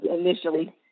initially